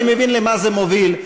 אני מבין למה זה מוביל.